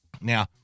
Now